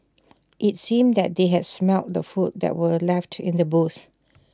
IT seemed that they had smelt the food that were left in the boots